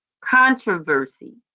controversy